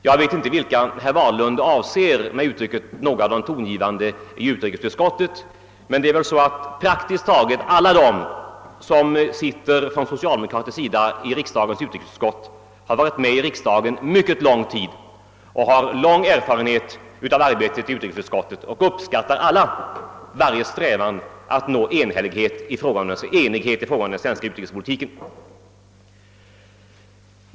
Jag vet inte vilka personer herr Wahlund avser med uttrycket »vissa av de tongivande i utrikesutskottet». Praktiskt taget alla de socialdemokrater som sitter i utrikesutskottet har varit med i riksdagen mycket lång tid, har lång erfarenhet av utskottets arbete och uppskattar varje strävan att nå enighet i fråga om den svenska utrikespolitiken.